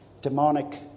demonic